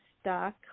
stuck